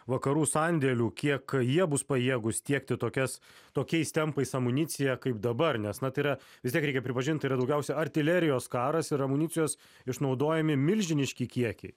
vakarų sandėlių kiek jie bus pajėgūs tiekti tokias tokiais tempais amuniciją kaip dabar nes na tai yra vis tiek reikia pripažint yra daugiausiai artilerijos karas ir amunicijos išnaudojami milžiniški kiekiai